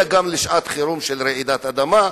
אלא גם לשעת חירום של רעידת אדמה,